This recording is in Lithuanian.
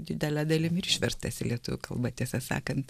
didele dalim ir išverstas į lietuvių kalbą tiesą sakant